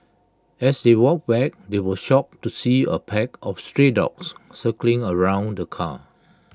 as they walked back they were shocked to see A pack of stray dogs circling around the car